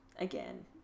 again